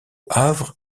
havre